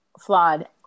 flawed